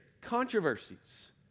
controversies